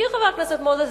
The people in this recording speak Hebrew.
והזכיר חבר הכנסת מוזס